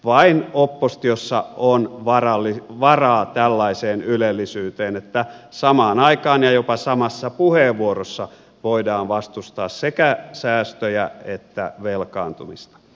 vain oppositiossa on varaa tällaiseen ylellisyyteen että samaan aikaan ja jopa samassa puheenvuorossa voidaan vastustaa sekä säästöjä että velkaantumista